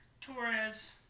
Torres